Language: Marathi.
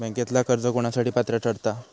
बँकेतला कर्ज कोणासाठी पात्र ठरता?